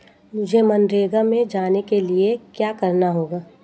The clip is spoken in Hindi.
मुझे मनरेगा में जाने के लिए क्या करना होगा?